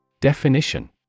Definition